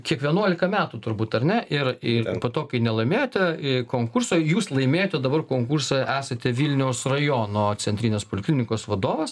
kiek vienuolika metų turbūt ar ne ir ir po to kai nelaimėjote konkurso jūs laimėjote dabar konkursą esate vilniaus rajono centrinės poliklinikos vadovas